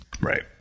Right